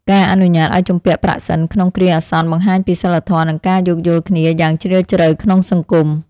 ការអនុញ្ញាតឱ្យជំពាក់ប្រាក់សិនក្នុងគ្រាអាសន្នបង្ហាញពីសីលធម៌និងការយោគយល់គ្នាយ៉ាងជ្រាលជ្រៅក្នុងសង្គម។